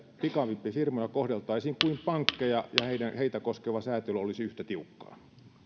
pikavippifirmoja kohdeltaisiin kuin pankkeja ja heitä koskeva säätely olisi yhtä tiukkaa